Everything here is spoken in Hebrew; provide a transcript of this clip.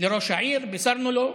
לראש העיר, בישרנו לו.